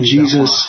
Jesus